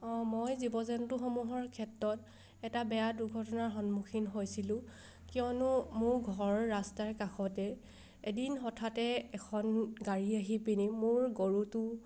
অঁ মই জীৱ জন্তুসমূহৰ ক্ষেত্ৰত এটা বেয়া দুৰ্ঘটনাৰ সন্মুখীন হৈছিলোঁ কিয়নো মোৰ ঘৰ ৰাস্তাৰ কাষতে এদিন হঠাতে এখন গাড়ী আহি পিনি মোৰ গৰুটো